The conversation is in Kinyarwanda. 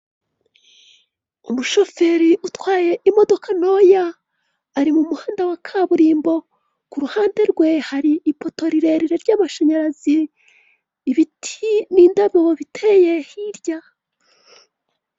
Umushoferi utwaye imodoka ntoya, ari mu muhanda wa kaburimbo, ku ruhande rwe hari ipoto rirerire ry'amashanyarazi, ibiti n'indabo biteye hirya.